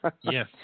yes